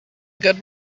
good